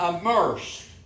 immersed